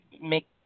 make